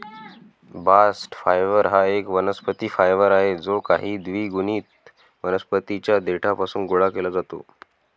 bast fibre हा एक वनस्पती फायबर आहे जो काही द्विगुणित वनस्पतीं च्या देठापासून गोळा केला जातो